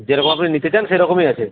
যে রকম আপনি নিতে চান সেরকমই আছে